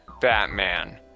Batman